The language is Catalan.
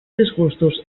disgustos